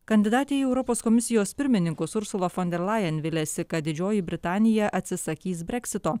kandidatė į europos komisijos pirmininkus ursula fon der lajen viliasi kad didžioji britanija atsisakys breksito